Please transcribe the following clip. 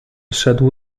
szedł